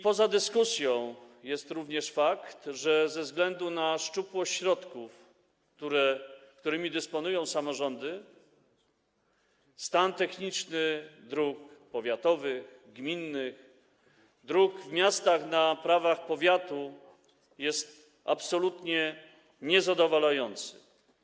Poza dyskusją jest również fakt, że ze względu na szczupłość środków, którymi dysponują samorządy, stan techniczny dróg powiatowych, gminnych, dróg w miastach na prawach powiatu jest absolutnie niezadowalający.